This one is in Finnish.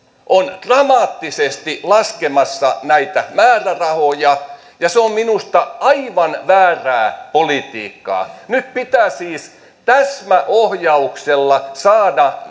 on dramaattisesti laskemassa näitä määrärahoja ja ja se on minusta aivan väärää politiikkaa nyt pitää siis täsmäohjauksella saada